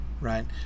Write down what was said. right